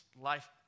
life